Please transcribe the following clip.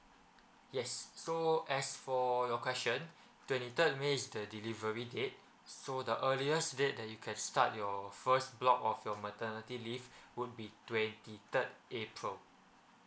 yes so as for your question twenty third may is the delivery date so the earliest date that you can start your first block of your maternity leave would be twenty third april